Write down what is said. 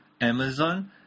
Amazon